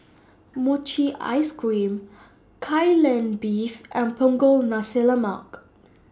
Mochi Ice Cream Kai Lan Beef and Punggol Nasi Lemak